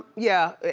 yeah,